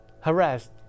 harassed